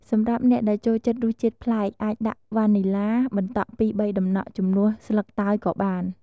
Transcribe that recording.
សម្រាប់អ្នកដែលចូលចិត្តរសជាតិប្លែក អាចដាក់វ៉ានីឡាបន្តក់ពីរបីដំណក់ ជំនួសស្លឹកតើយក៏បាន។